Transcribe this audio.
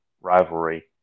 rivalry